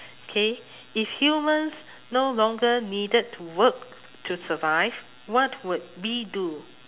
okay if humans no longer needed to work to survive what would we do